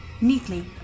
neatly